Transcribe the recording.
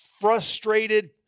frustrated